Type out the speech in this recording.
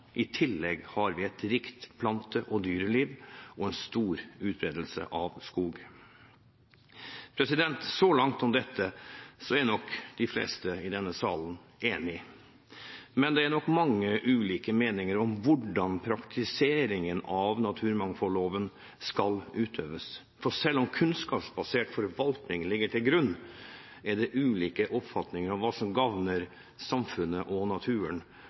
I tillegg har vi et rikt plante- og dyreliv og en stor utbredelse av skog. Så langt er nok de fleste i denne salen enige. Men det er nok mange ulike meninger om hvordan naturmangfoldloven skal utøves og praktiseres. For selv om kunnskapsbasert forvaltning ligger til grunn, er det ulike oppfatninger om hva som gagner samfunnet og naturen,